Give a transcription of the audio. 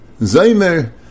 Zaymer